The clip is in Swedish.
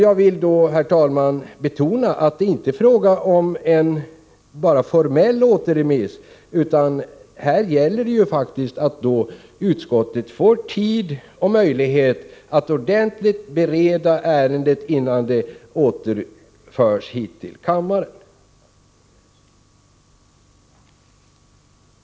Jag vill då, herr talman, betona att det inte är fråga om en bara formell återremiss, utan utskottet måste få tid och möjlighet att ordentligt bereda ärendet innan det återförs hit till kammaren.